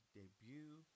debut